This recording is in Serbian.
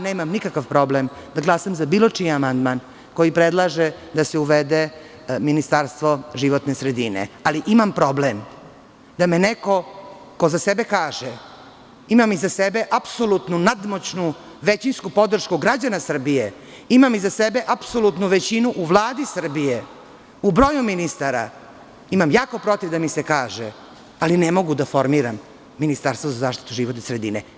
Nemam nikakav problem da glasam za bilo čiji amandman koji predlaže da se uvede ministarstvo životne sredine, ali imam problem da me neko, ko za sebe kaže – imam iza sebe apsolutnu nadmoćnu većinsku podršku građana Srbije, imam iza sebe apsolutnu većinu u Vladi Srbije, u broju ministara, imam jako protiv da mi se kaže – ali ne mogu da formiram ministarstvo za zaštitu životne sredine.